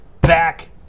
back